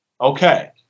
Okay